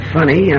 Funny